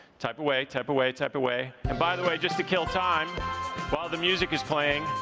type away, type away, type away. and by the way, just to kill time ah the music is playing,